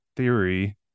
theory